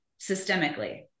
systemically